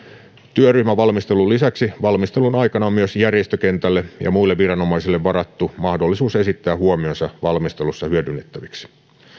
työryhmävalmistelun lisäksi valmistelun aikana on myös järjestökentälle ja muille viranomaisille varattu mahdollisuus esittää huomionsa valmistelussa hyödynnettäviksi